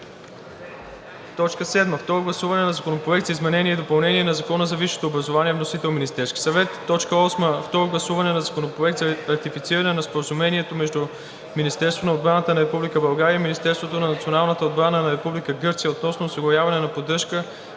съвет. 7. Второ гласуване на Законопроекта за изменение и допълнение на Закона за висшето образование. Вносител: Министерски съвет. 8. Второ гласуване на Законопроекта за ратифициране на Споразумението между Министерството на отбраната на Република България и Министерството на националната отбрана на Република Гърция относно осигуряване на поддръжка